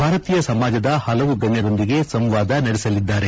ಭಾರತೀಯ ಸಮಾಜದ ಪಲವು ಗಣ್ಯರೊಂದಿಗೆ ಸಂವಾದ ನಡೆಸಲಿದ್ದಾರೆ